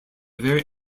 very